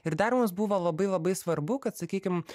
ir da mums buvo labai labai svarbu kad sakykim